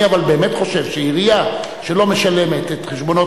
אני אבל באמת חושב שעירייה שלא משלמת את חשבונות